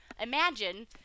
imagine